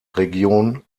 region